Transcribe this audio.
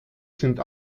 sind